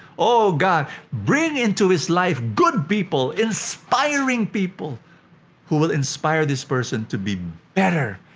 oh, god, bring into his life good people. inspiring people who will inspire this person to be better,